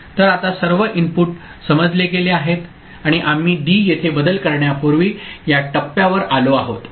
तर आता सर्व इनपुट समजले गेले आहेत आणि आम्ही डी येथे बदल करण्यापूर्वी या टप्प्यावर आलो आहोत